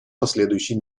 последующей